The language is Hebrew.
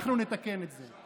אנחנו נתקן את זה.